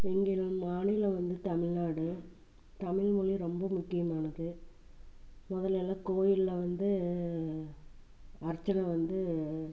எங்கள் மாநிலம் வந்து தமிழ்நாடு தமிழ்மொழி ரொம்ப முக்கியமானது முதல்லலாம் கோயிலில் வந்து அர்ச்சனை வந்து